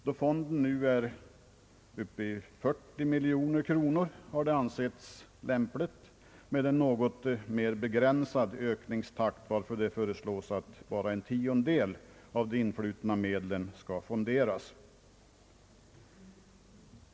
Då fonden nu är uppe i 40 miljoner kronor har det ansetts lämpligt med en något mer begränsad ökningstakt, varför det har föreslagits att endast en tiondel av de influtna medlen skall fonderas.